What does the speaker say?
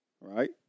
right